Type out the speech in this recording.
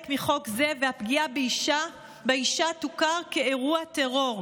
מחוק זה והפגיעה באישה תוכר כאירוע טרור.